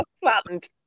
flattened